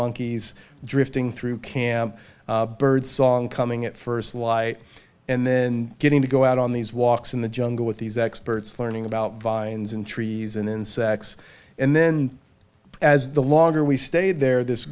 monkeys drifting through camp birdsong coming at first light and then getting to go out on these walks in the jungle with these experts learning about vines and trees and insects and then as the longer we stay there this